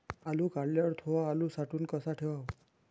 आलू काढल्यावर थो आलू साठवून कसा ठेवाव?